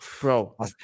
Bro